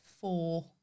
four